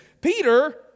Peter